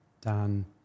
Dan